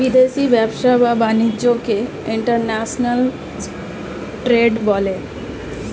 বিদেশি ব্যবসা বা বাণিজ্যকে ইন্টারন্যাশনাল ট্রেড বলে